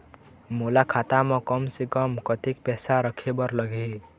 मोला खाता म कम से कम कतेक पैसा रखे बर लगही?